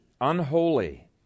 unholy